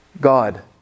God